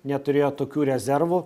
neturėjo tokių rezervų